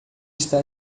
está